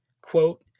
quote